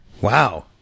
Wow